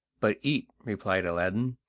but eat, replied aladdin.